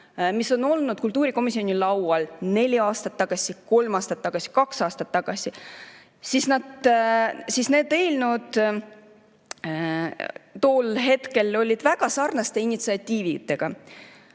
mis on olnud kultuurikomisjoni laual neli aastat tagasi, kolm aastat tagasi, kaks aastat tagasi, siis need eelnõud tol hetkel olid väga sarnaste initsiatiividega.